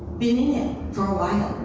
been in it for a while,